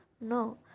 No